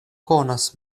konas